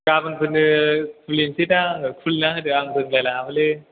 गाबोनफोरनो खुलिनसैदां आङो खुलिना होदो आं रोंलाय लाङाबोलै